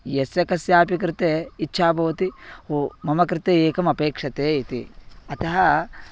यस्य कस्यापि कृते इच्छा भवति ओ मम कृते एकमपेक्षते इति अतः